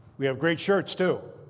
we have great shirts, too.